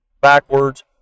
backwards